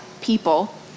people